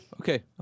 okay